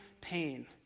pain